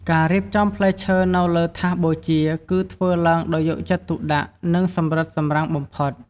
ការរៀបចំផ្លែឈើនៅលើថាសបូជា គឺធ្វើឡើងដោយយកចិត្តទុកដាក់ និងសម្រិតសម្រាំងបំផុត។